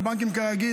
הבנקים כרגיל,